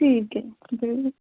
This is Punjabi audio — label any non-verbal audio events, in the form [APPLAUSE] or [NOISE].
ਠੀਕ ਹੈ ਜੀ [UNINTELLIGIBLE]